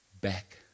back